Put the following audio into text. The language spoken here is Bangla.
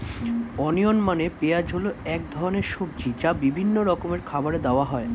অনিয়ন মানে পেঁয়াজ হল এক ধরনের সবজি যা বিভিন্ন রকমের খাবারে দেওয়া হয়